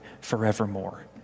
forevermore